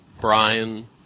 Brian